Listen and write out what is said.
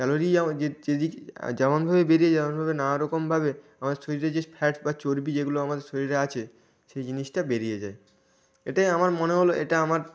ক্যালোরিই আবার যে যেদিকে যেমনভাবে বেড়িয়ে যায় এমনভাবে নানা রকমভাবে আমাদের শরীরে যে ফ্যাট বা চর্বি যেগুলো আমাদের শরীরে আছে সেই জিনিসটা বেড়িয়ে যায় এটাই আমার মনে হল এটা আমার